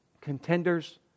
contenders